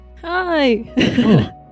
Hi